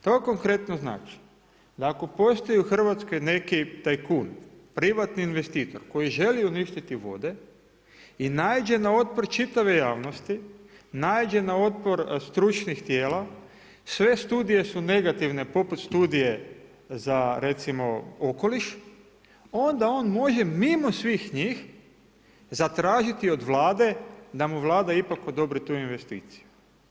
To konkretno znači, da ako postoji u Hrvatskoj neki tajkun, privatni investitor koji želi uništiti vode i naiđe na otpor čitave javnosti, naiđe na otpor stručnih tijela sve studije su negativne poput studije za recimo okoliš, onda on može mimo svih njih zatražiti od Vlade da mu Vlada ipak odobri tu investiciju.